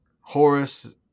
Horus